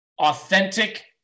authentic